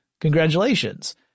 Congratulations